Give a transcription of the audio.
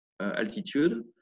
altitude